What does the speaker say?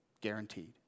Guaranteed